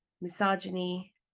misogyny